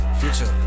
future